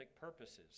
purposes